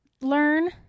learn